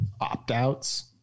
opt-outs